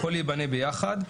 הכול ייבנה ביחד.